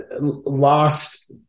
lost